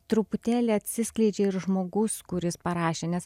truputėlį atsiskleidžia ir žmogus kuris parašė nes